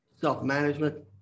self-management